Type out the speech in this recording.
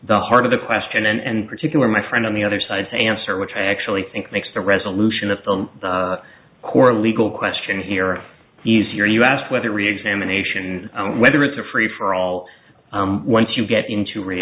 the heart of the question and particular my friend on the other side to answer which i actually think makes the resolution of the core legal question here is here you asked whether reexamination whether it's a free for all once you get into re